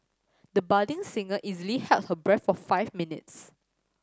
the budding singer easily held her breath for five minutes